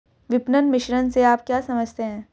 विपणन मिश्रण से आप क्या समझते हैं?